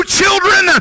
children